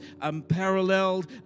unparalleled